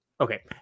Okay